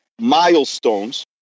Milestones